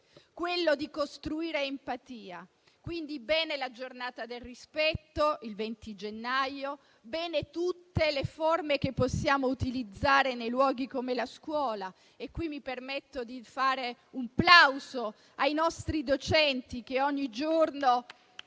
è costruire empatia. Quindi, bene la Giornata del rispetto il 20 gennaio, bene tutte le forme che possiamo utilizzare nei luoghi come la scuola. E mi permetto di fare un plauso ai nostri docenti che ogni giorno